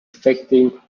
affecting